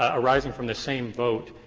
ah arising from the same vote,